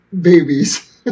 babies